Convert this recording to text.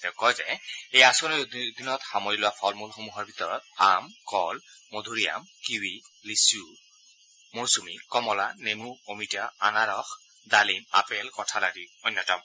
তেওঁ কয় যে এই আঁচনিৰ অধীনত সামৰি লোৱা ফলমূলসমূহৰ ভিতৰত আম কল মধুৰি কিৱি লিচু মৌচূমি কমলা নেমু অমিতা আনাৰস ডালিম আপেল কঁঠাল আদি অন্যতম